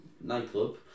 nightclub